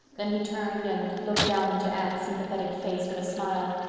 then he turned and looked down into anne's sympathetic face with a smile,